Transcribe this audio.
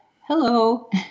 hello